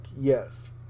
yes